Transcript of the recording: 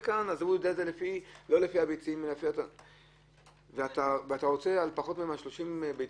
אתה רוצה על פחות מ-30 ביצים,